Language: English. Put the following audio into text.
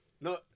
no